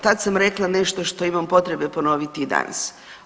Tad sam rekla nešto što imam potrebe ponoviti i danas.